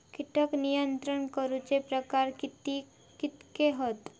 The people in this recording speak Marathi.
कीटक नियंत्रण करूचे प्रकार कितके हत?